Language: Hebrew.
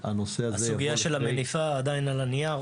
הסוגיה של "המניפה" עדיין על הנייר.